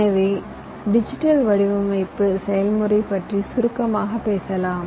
எனவே டிஜிட்டல் வடிவமைப்பு செயல்முறை பற்றி சுருக்கமாக பேசலாம்